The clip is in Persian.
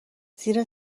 زیرا